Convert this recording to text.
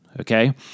okay